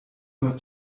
doit